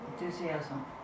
enthusiasm